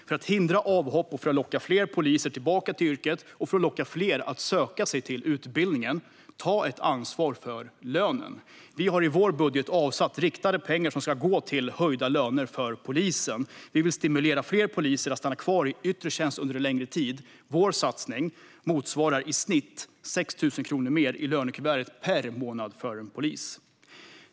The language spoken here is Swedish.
För att hindra avhopp, locka fler poliser tillbaka till yrket och locka fler att söka sig till utbildningen måste ansvar tas för lönen. Vi har i vår budget avsatt riktade pengar som ska gå till höjda löner för polisen. Vi vill stimulera fler poliser att stanna kvar i yttre tjänst under längre tid. Vår satsning motsvarar i snitt 6 000 kronor mer i lönekuvertet per månad för en polis.